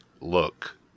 look